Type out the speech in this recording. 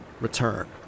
return